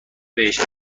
بهش